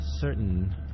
certain